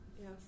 yes